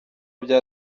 bya